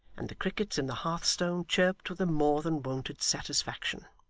and the crickets in the hearthstone chirped with a more than wonted satisfaction.